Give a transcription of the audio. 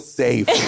safe